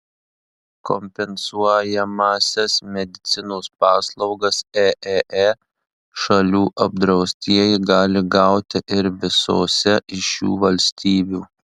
kompensuojamąsias medicinos paslaugas eee šalių apdraustieji gali gauti ir visose iš šių valstybių